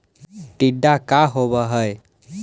टीडा का होव हैं?